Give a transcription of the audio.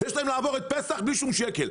יש להם לעבור את פסח בלי שום שקל.